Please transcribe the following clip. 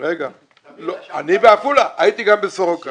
אני בעפולה אבל הייתי גם בסורוקה.